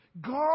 God